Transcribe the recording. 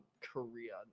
Korea